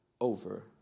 over